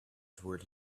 toward